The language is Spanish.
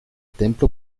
templo